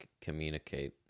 communicate